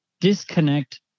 disconnect